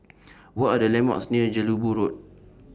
What Are The landmarks near Jelebu Road